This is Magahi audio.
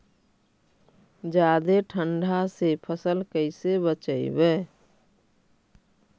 जादे ठंडा से फसल कैसे बचइबै?